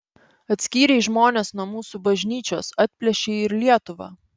atskyrei žmones nuo mūsų bažnyčios atplėšei ir lietuvą